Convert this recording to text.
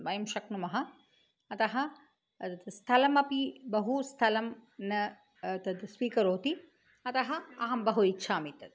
वयं शक्नुमः अतः स्थलमपि बहु स्थलं न तद् स्वीकरोति अतः अहं बहु इच्छामि तद्